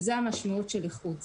זו המשמעות של איחוד.